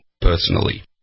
personally